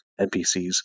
npcs